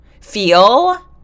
feel